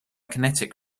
kinetic